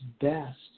best